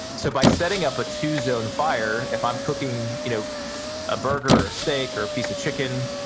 so by setting up a two-zone fire if i'm cooking you know a burger, a steak or a piece of chicken,